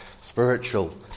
spiritual